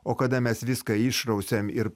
o kada mes viską išrausiam ir